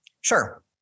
Sure